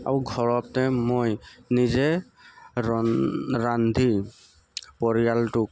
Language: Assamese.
আৰু ঘৰতে মই নিজে ৰন ৰান্ধি পৰিয়ালটোক